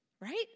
Right